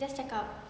just cakap